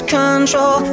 control